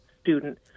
student